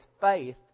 faith